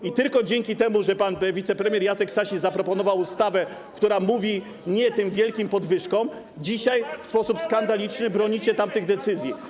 I tylko dzięki temu, że pan wicepremier Jacek Sasin zaproponował ustawę, która mówi: nie tym wielkim podwyżkom, dzisiaj w sposób skandaliczny bronicie tamtych decyzji.